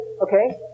Okay